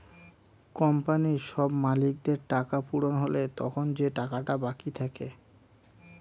কোম্পানির সব মালিকদের টাকা পূরণ হলে তখন যে টাকাটা বাকি থাকে